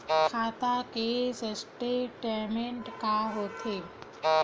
खाता के स्टेटमेंट का होथे?